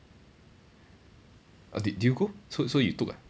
err did you go so so you took ah